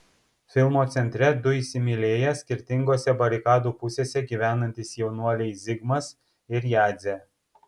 filmo centre du įsimylėję skirtingose barikadų pusėse gyvenantys jaunuoliai zigmas ir jadzė